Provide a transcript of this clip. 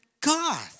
God